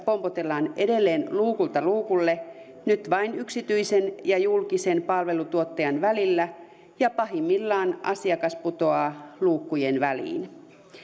pompotellaan edelleen luukulta luukulle nyt vain yksityisen ja julkisen palveluntuottajan välillä ja pahimmillaan asiakas putoaa luukkujen väliin